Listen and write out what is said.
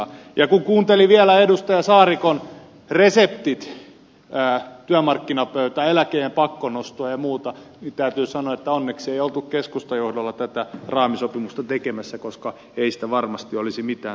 ja kun kuuntelin vielä edustaja saarikon reseptit työmarkkinapöytään eläkeiän pakkonostoa ja muuta niin täytyy sanoa että onneksi ei oltu keskustan johdolla tätä raamisopimusta tekemässä koska ei siitä varmasti olisi mitään tullut